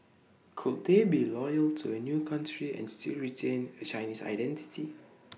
could they be loyal to A new country and still retain A Chinese identity